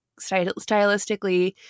stylistically